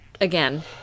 again